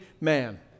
man